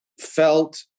felt